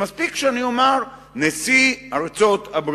שמספיק שאני אומר, נשיא ארצות-הברית